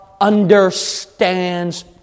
understands